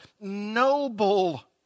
noble